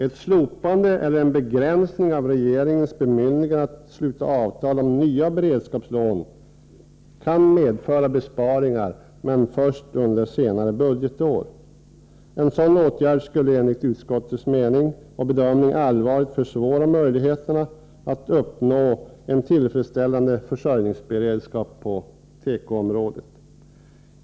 Ett slopande eller en begränsning av regeringens bemyndigande att sluta avtal om nya beredskapslån kan medföra besparingar men först under senare budgetår. En sådan åtgärd skulle enligt utskottets bedömning allvarligt försvåra möjligheterna att uppnå en tillfredsställande försörjningsberedskap på tekoområdet.